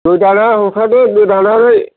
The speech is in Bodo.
गोदानानै हरखादो गोदानानै